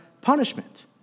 punishment